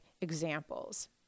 examples